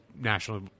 national